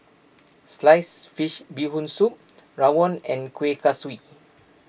Sliced Fish Bee Hoon Soup Rawon and Kueh Kaswi